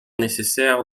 nécessaire